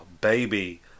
Baby